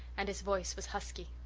and his voice was husky.